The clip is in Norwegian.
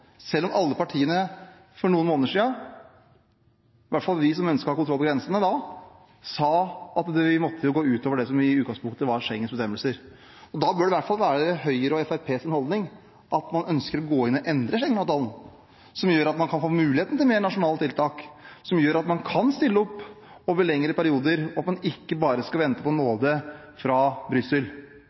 selv om alle partiene for noen måneder siden – i hvert fall vi som ønsket å ha kontroll på grensene da – sa at vi måtte gå utover det som i utgangspunktet var Schengens bestemmelser. Da bør det i hvert fall være Høyres og Fremskrittspartiets holdning at man ønsker å gå inn og endre Schengen-avtalen, gjøre at man kan få muligheten til mer nasjonale tiltak, at man kan stille opp over lengre perioder, og at man ikke bare skal vente på nåde fra Brussel.